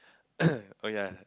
oh ya